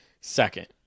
Second